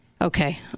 Okay